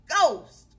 Ghost